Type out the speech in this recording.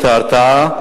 בבקשה.